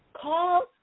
call